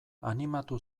animatu